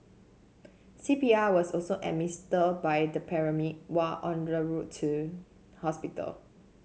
C P R was also by the paramedic while are route to hospital